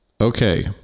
okay